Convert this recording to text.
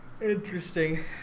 Interesting